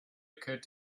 occurred